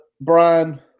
Brian